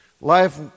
Life